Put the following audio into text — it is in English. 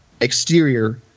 exterior